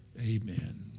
Amen